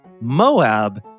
Moab